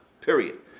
period